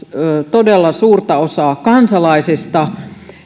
todella suurta osaa kansalaisista